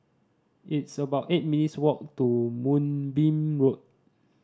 it's about eight minutes' walk to Moonbeam Road